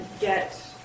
get